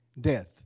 death